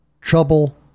Trouble